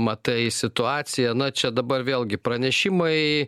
matai situaciją na čia dabar vėlgi pranešimai